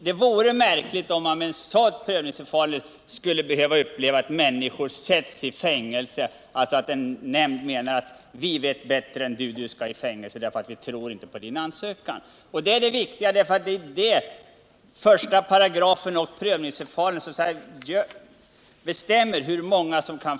Det vore märkligt om man med ett sådant prövningsförfarande skulle behöva uppleva att människor sätts i fängelse och att en nämnd uttalar att den vet bättre och att den enskilde skall i fängelse, därför att man från nämndens sida inte tror på den enskildes uppgifter. Det är det viktiga.